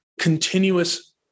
continuous